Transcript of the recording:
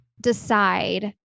decide